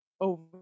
over